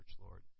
Lord